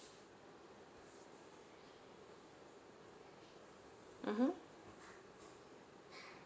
mmhmm